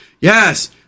yes